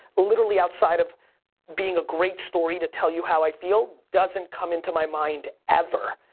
literally, outside of being a great story to tell you how i feel, doesn't come into my mind ever.